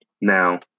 Now